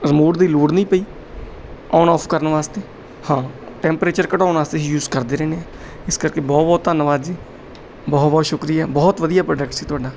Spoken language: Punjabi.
ਰਿਮੋਟ ਦੀ ਲੋੜ ਨਹੀਂ ਪਈ ਔਨ ਔਫ ਕਰਨ ਵਾਸਤੇ ਹਾਂ ਟੈਂਮਪਰੇਚਰ ਘਟਾਉਣ ਵਾਸਤੇ ਯੂਜ਼ ਕਰਦੇ ਰਹਿੰਦੇ ਹਾਂ ਇਸ ਕਰਕੇ ਬਹੁਤ ਬਹੁਤ ਧੰਨਵਾਦ ਜੀ ਬਹੁਤ ਬਹੁਤ ਸ਼ੁਕਰੀਆ ਬਹੁਤ ਵਧੀਆ ਪ੍ਰੋਡਕਟ ਸੀ ਤੁਹਾਡਾ